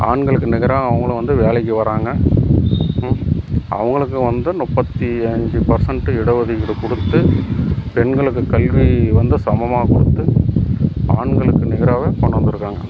ஆண்களுக்கு நிகராக அவங்களும் வந்து வேலைக்கு வராங்க அவங்களுக்கும் வந்து முப்பத்தி அஞ்சு பர்சண்ட்டு இட ஒதுக்கீடு கொடுத்து பெண்களுக்கு கல்வி வந்து சமமாக கொடுத்து ஆண்களுக்கு நிகராவே கொண்டு வந்துருக்காங்க